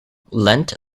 lent